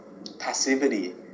Passivity